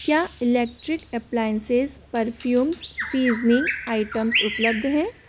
क्या electric appliances perfumes seasoning items उपलब्ध हैं